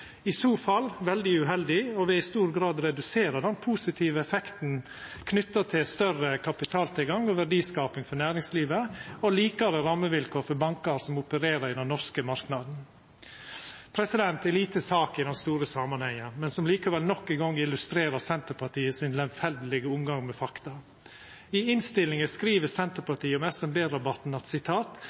i så fall veldig uheldig og vil i stor grad redusera den positive effekten knytt til større kapitaltilgang og verdiskaping for næringslivet og likare rammevilkår for bankar som opererer i den norske marknaden. Ei lita sak i den store samanhengen, men som likevel nok ein gong illustrerer Senterpartiets lemfeldige omgang med fakta: I innstillinga skriv Senterpartiet om SMB-rabatten: «Dette medlem minner om at